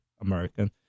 American